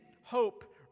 hope